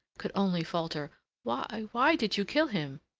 could only falter why, why did you kill him?